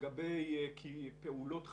לגבי פעולות חקיקה,